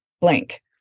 Blank